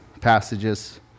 passages